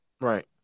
Right